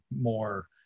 more